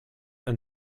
ein